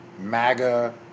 MAGA